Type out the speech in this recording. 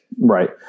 Right